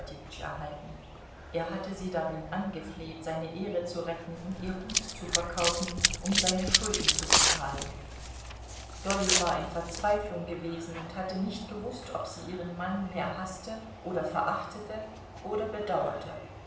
erhalten er hatte sie darin angefleht seine ehre zu retten und ihr gut zu verkaufen um seine schulden zu bezahlen dolly war in verzweiflung gewesen und hatte nicht gewußt ob sie ihren mann mehr haßte oder verachtete oder bedauerte